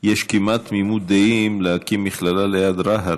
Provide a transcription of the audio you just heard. יש כמעט תמימות דעים להקים מכללה ליד רהט.